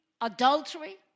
adultery